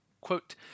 Quote